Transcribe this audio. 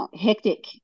hectic